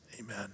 Amen